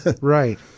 Right